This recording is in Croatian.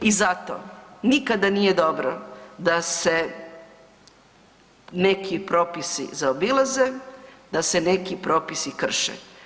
I zato nikada nije dobro da se neki propisi zaobilaze, da se neki propisi krše.